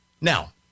Now